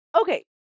Okay